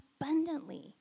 abundantly